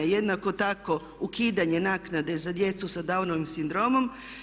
Jednako tako ukidanje naknade za djecu sa Downovim sindromom.